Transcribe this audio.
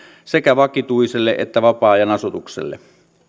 sekä vakituiselle että vapaa ajan asutukselle